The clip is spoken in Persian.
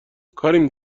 کاریم